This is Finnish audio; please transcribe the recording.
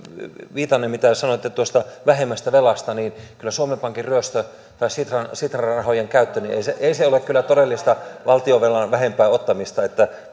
viitanen mitä sanoitte tuosta vähemmästä velasta niin kyllä suomen pankin ryöstö tai sitran rahojen käyttö ei ole todellista valtionvelan vähempää ottamista että